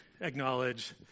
acknowledge